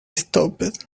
stopped